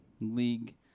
league